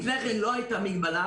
לפני כן לא היתה מגבלה.